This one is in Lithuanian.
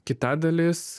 kita dalis